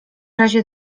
razie